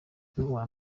n’uwa